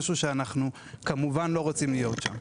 אנחנו לא רוצים להיות שם.